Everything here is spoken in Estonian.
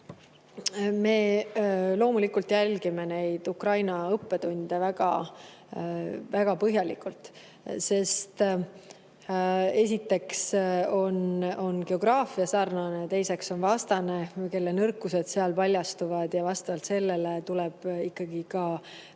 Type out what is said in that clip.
Me loomulikult jälgime neid Ukraina õppetunde väga põhjalikult, sest esiteks on geograafia sarnane, teiseks on vastane, kelle nõrkused seal paljastuvad, ja vastavalt sellele tuleb ikkagi ka